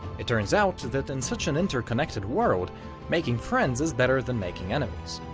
it turns out that in such an interconnected world making friends is better than making enemies.